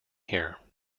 here